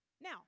Now